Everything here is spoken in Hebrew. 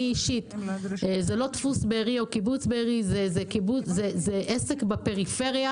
זה לא דפוס "בארי" או קיבוץ בארי, זה עסק בפריפריה